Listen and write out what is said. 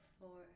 four